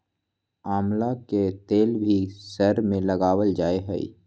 आमला के तेल भी सर में लगावल जा हई